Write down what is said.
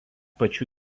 pačiu